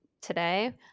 today